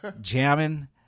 jamming